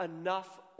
enough